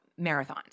marathons